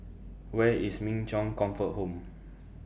Where IS Min Chong Comfort Home